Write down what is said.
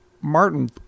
martin